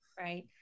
Right